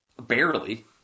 Barely